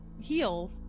heal